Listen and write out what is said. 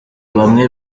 bamwe